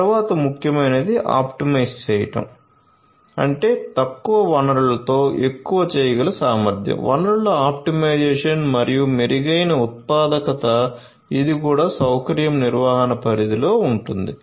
తరువాత ముఖ్యమైనది ఆప్టిమైజ్ చేయడం అంటే తక్కువ వనరులతో ఎక్కువ చేయగల సామర్థ్యం వనరుల ఆప్టిమైజేషన్ మరియు మెరుగైన ఉత్పాదకత ఇది కూడా సౌకర్యం నిర్వహణ పరిధిలో ఉంటుంది